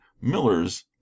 Miller's